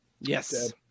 Yes